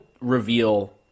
reveal